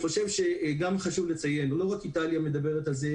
חשוב לציין שלא רק איטליה מדברת על זה,